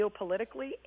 geopolitically